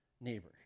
neighbor